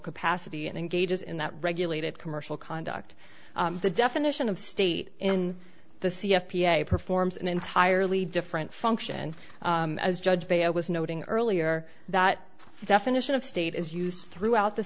capacity and engages in that regulated commercial conduct the definition of state and the c f p a performs an entirely different function as judged by a i was noting earlier that the definition of state is used throughout the